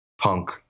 punk